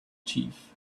chief